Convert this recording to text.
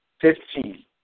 Fifteen